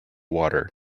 water